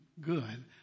good